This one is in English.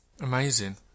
Amazing